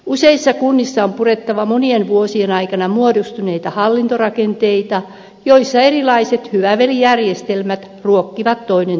useissa kunnissa on purettava monien vuosien aikana muodostuneita hallintorakenteita joissa erilaiset hyvä veli järjestelmät ruokkivat toinen toistaan